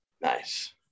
Nice